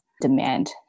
demand